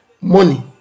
money